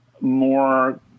more